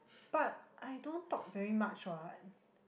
but I don't talk very much what